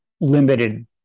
limited